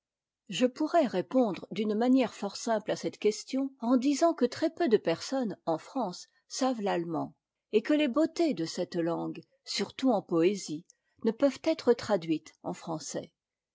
je pourrais répondre d'une manière fort simple à cette question en disant que très-peu de personnes en france savent l'allemand et que les beautés de cette langue surtout en poésie ne peuvent être traduites en français